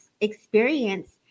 experience